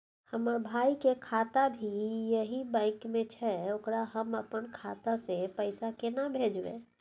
हमर भाई के खाता भी यही बैंक में छै ओकरा हम अपन खाता से पैसा केना भेजबै?